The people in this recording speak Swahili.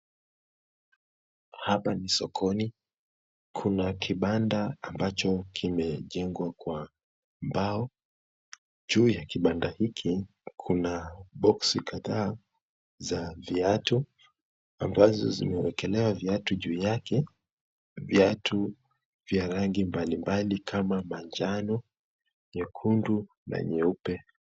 Hapa ni sokoni, kuna kibanda ambacho kimejengwa kwa mbao. Juu ya kibanda hiki, kuna boksi kadhaa za viatu ambazo zimewekelewa viatu juu yake, viatu vya rangi mbalimbali kama manjano, nyekundu, na nyeupe,